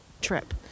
trip